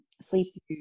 sleep